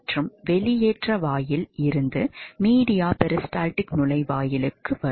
மற்றும் வெளியேற்ற வாயில் இருந்து மீடியா பெரிஸ்டால்டிக் நுழைவாயிலுக்கு வரும்